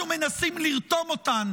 אנחנו מנסים לרתום אותן